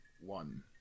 one